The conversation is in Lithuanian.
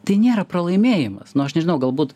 tai nėra pralaimėjimas nu aš nežinau galbūt